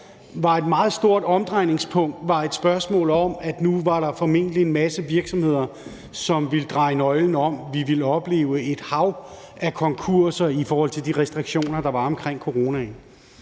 der var et meget væsentligt omdrejningspunkt, var spørgsmålet om, at der nu formentlig var en masse virksomheder, som ville dreje nøglen om; vi ville opleve et hav af konkurser i forbindelse med de restriktioner, der var omkring coronaen.